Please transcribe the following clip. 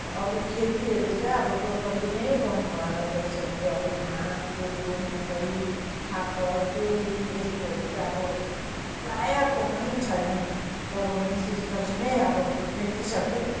अन्त अरू खेतीहरू चाहिँ अब टोटल्ली नै बन्द भएर गइसक्यो अब धान कोदो मकै फापर तोरी यस्तोहरू चाहिँ अब प्रायः कोमा छैन लगाउने सिस्टम नै अब मेटिसक्यो